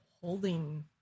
holding